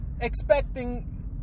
expecting